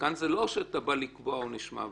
כאן זה לא שאתה בא לקבוע עונש מוות,